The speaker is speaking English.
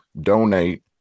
donate